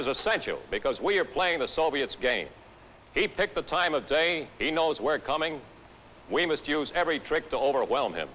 is essential because we are playing the soviets game he picked the time of day he knows where coming we must use every trick to overwhelm him